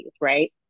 right